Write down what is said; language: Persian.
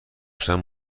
شدن